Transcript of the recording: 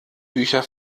bücher